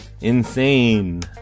Insane